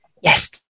Yes